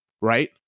right